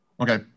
Okay